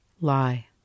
Lie